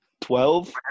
Twelve